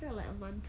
felt like a month